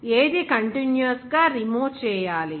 ఏది కంటిన్యూయస్ గా రిమూవ్ చేయాలి